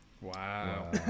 Wow